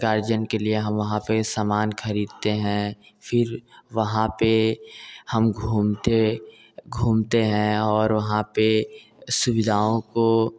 guardian के लिए हम वहाँ पर समान ख़रीदते हैं फिर वहाँ पर हम घूमते घूमते हैं और वहाँ पर सुविधाओं को